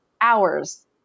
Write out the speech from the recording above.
hours